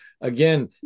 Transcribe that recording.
again